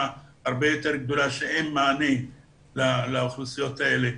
הרבה יותר גדולה כי אין מענה לאוכלוסיות האלה.